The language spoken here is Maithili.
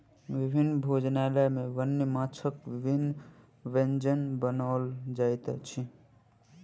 विभिन्न भोजनालय में वन्य माँछक विभिन्न व्यंजन बनाओल जाइत अछि